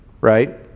Right